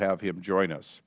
have him join us